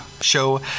show